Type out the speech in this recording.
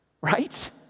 right